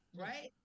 right